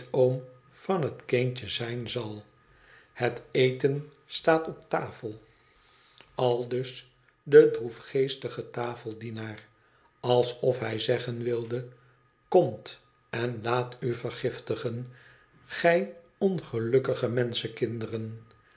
peetoom van het kindje zijn zal het eten staat op tafel i aldus de droefgeestige tafeldienaar alsof hij zeggen wilde komt en laat u vergiftigen gij ongelukkige